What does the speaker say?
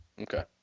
okay